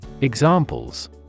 Examples